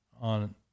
on